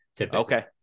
Okay